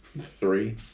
Three